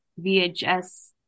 VHS